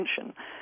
attention